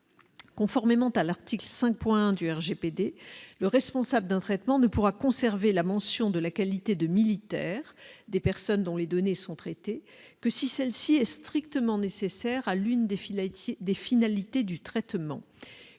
conformément à l'article 5 points du RGPD, le responsable d'un traitement ne pourra conserver la mention de la qualité de militaire des personnes dont les données sont traitées que si celle-ci est strictement nécessaire à l'une des filatures, des finalités du traitement,